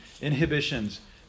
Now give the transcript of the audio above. inhibitions